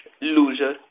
Loser